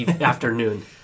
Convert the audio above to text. afternoon